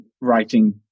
writing